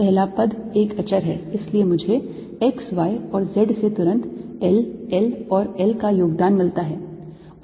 पहला पद एक अचर है इसलिए मुझे x y और z से तुरंत L L और L का योगदान मिलता है